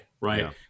Right